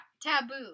Taboo